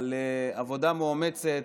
על עבודה מאומצת,